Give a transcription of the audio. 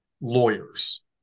lawyers